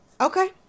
Okay